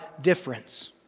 difference